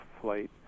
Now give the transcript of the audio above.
flight